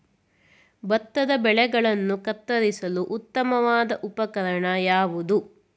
ಭತ್ತದ ಬೆಳೆಗಳನ್ನು ಕತ್ತರಿಸಲು ಉತ್ತಮವಾದ ಉಪಕರಣ ಯಾವುದು?